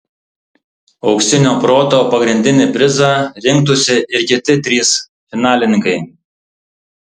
auksinio proto pagrindinį prizą rinktųsi ir kiti trys finalininkai